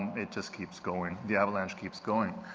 it just keeps going. the avalanche keeps going.